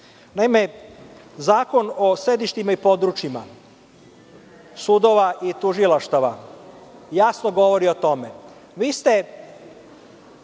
Zakon o sedištima i područjima sudova i tužilaštava jasno govori o tome.